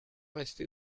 rester